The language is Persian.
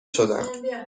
شدهام